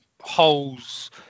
holes